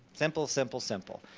simple, simple, simple.